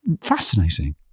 fascinating